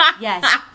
yes